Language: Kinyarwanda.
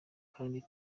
kandi